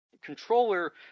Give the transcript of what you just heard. controller